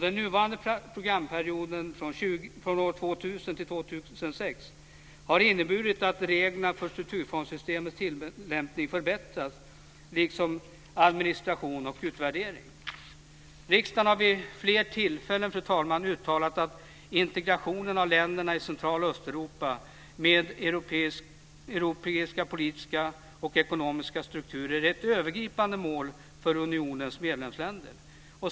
Den nuvarande programperioden 2000-2006 har inneburit att reglerna för struturfondssystemets tilllämpning har förbättrats liksom administration och utvärdering. Fru talman! Riksdagen har vid flera tillfällen uttalat att integrationen av länderna i Central och Östeuropa med europeiska politiska och ekonomiska strukturer är ett övergripande mål för unionens medlemsländer.